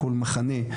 בכל מחנה,